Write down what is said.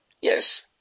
Yes